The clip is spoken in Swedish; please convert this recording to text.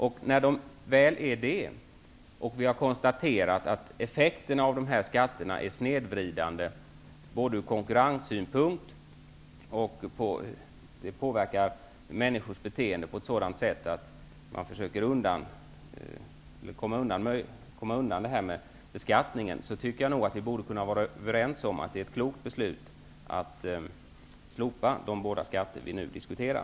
Eftersom de är det och eftersom vi har konstaterat att effekterna av de här skatterna är snedvridande, både från konkurrenssynpunkt och så till vida att de påverkar människors beteende på ett sådant sätt att de försöker komma undan skatten, borde vi, tycker jag, kunna vara överens om att det är ett klokt beslut att slopa de båda skatter som vi nu diskuterar.